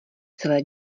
celé